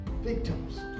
victims